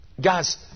Guys